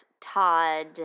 Todd